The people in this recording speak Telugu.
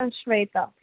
స్వేత